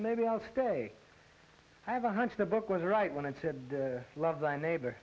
maybe i'll stay i have a hunch the book was right when i said love thy neighbor